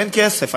אין כסף.